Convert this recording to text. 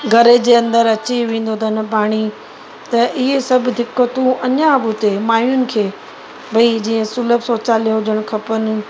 घर जे अंदरु अची वेंदो अथनि पाणी त इहे सभु दिक़तूं अञा बि हुते माइयुनि खे भई जीअं सुलभ शौचालय हुजण खपेनि